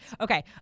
okay